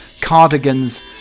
cardigans